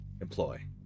employ